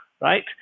right